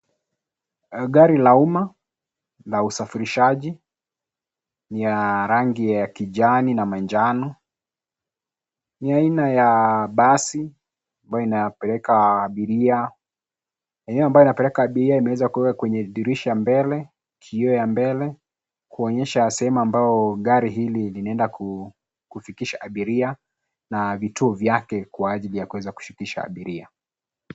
Gari la umma, na usafirishaji, ni ya rangi ya kijani na manjano, ni aina ya basi, ambayo inapeleka abiria, eneo ambalo inapeleka abiria imeweza kuwekwa kwenye dirisha mbele, kioo ya mbele, kuonyesha sehemu ambayo gari hili linaenda, kufikisha abiria, na vituo vyake kwa ajili ya kuweza kushukisha abiria.